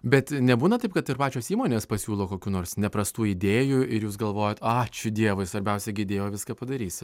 bet nebūna taip kad ir pačios įmonės pasiūlo kokių nors neprastų idėjų ir jūs galvojat ačiū dievui svarbiausia gi idėja o viską padarysi